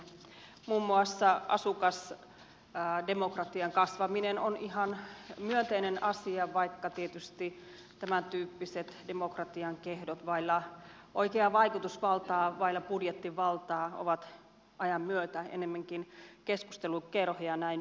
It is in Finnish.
muun muassa asukasdemokratian kasvaminen on ihan myönteinen asia vaikka tietysti tämäntyyppiset demokratian kehdot vailla oikeaa vaikutusvaltaa vailla budjettivaltaa ovat ajan myötä ennemminkin keskustelukerhoja näin pahimmillaan